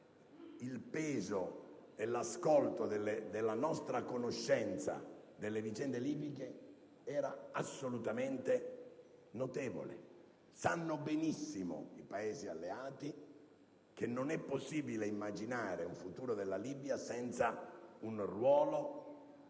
il peso e l'ascolto della nostra conoscenza delle vicende libiche è stato assolutamente notevole. I Paesi alleati sanno benissimo che non è possibile immaginare un futuro della Libia senza un ruolo